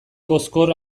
kozkor